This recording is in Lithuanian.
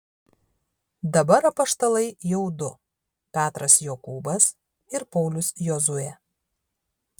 dabar apaštalai jau du petras jokūbas ir paulius jozuė